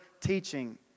teaching